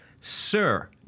Sir